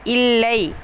இல்லை